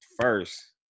first